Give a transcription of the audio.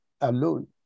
alone